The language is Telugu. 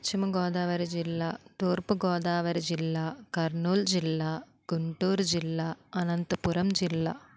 పశ్చిమ గోదావరి జిల్లా తూర్పు గోదావరి జిల్లా కర్నూల్ జిల్లా గుంటూరు జిల్లా అనంతపురం జిల్లా